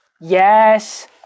Yes